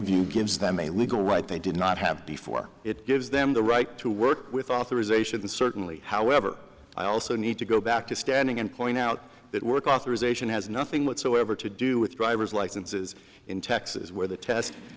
and gives them a legal right they did not have before it gives them the right to work with authorisation certainly however i also need to go back to standing and point out that work authorization has nothing whatsoever to do with driver's licenses in texas where the test